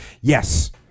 Yes